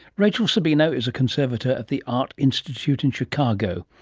rachel sabino is a conservator at the art institute in chicago.